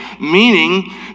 meaning